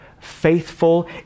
faithful